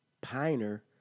Piner